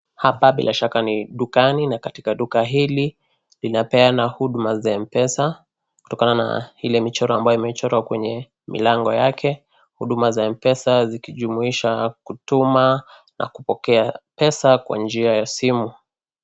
Hapa bila shaka ni dukani na katika duka hili linapeana huduma za MPESA kutokana na Ile michoro ambaye imechorwa kwenye milango yake. Huduma za MPESA zikijumuisha kutuma na kupokea pesa kwa njia ya simu